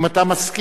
אם אתה מסכים.